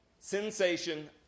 Sensation